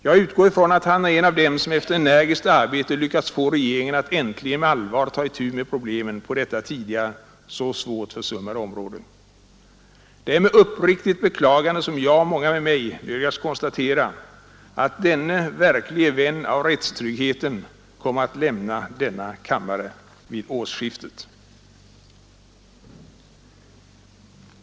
Jag utgår ifrån att han är en av dem som efter energiskt arbete lyckats få regeringen att äntligen med allvar ta itu med problemen på detta tidigare så svårt försummade område. Det är med uppriktigt beklagande som jag och många med mig nödgas konstatera att denne verklige vän av rättstryggheten kommer att lämna denna kammare vid årsskiftet.